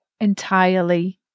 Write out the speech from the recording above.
entirely